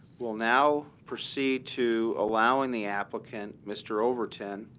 we'll now proceed to allowing the applicant, mr. overton,